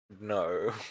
No